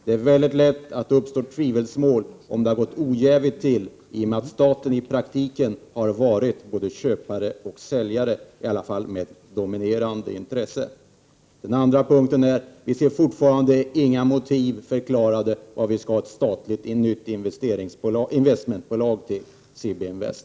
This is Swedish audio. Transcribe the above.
Annars uppstår lätt tvivelsmål om att det gått ojävigt till, genom att staten i praktiken varit både köpare och säljare, i alla fall med dominerande intresse. Den andra punkten är att vi fortfarande inte ser något motiv till att vi behöver ett nytt statligt investeringsbolag SIB-Invest.